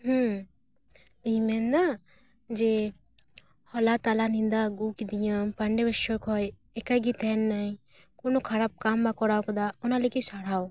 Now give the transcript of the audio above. ᱤᱧ ᱢᱮᱱᱮᱫᱟ ᱡᱮ ᱦᱚᱞᱟ ᱛᱟᱞᱟ ᱧᱤᱫᱟᱹ ᱟᱹᱜᱩ ᱠᱤᱫᱤᱧᱟᱢ ᱯᱟᱱᱰᱮᱵᱮᱥᱚᱨ ᱠᱷᱚᱡ ᱮᱠᱟᱭ ᱜᱮ ᱛᱟᱦᱮᱸ ᱞᱤᱱᱟᱹᱧ ᱠᱳᱱᱳ ᱠᱷᱟᱨᱟᱯ ᱠᱟᱢ ᱵᱟ ᱠᱚᱨᱟᱣ ᱟᱠᱟᱫᱟ ᱚᱱᱟ ᱞᱟᱹᱜᱤᱫ ᱥᱟᱨᱦᱟᱣ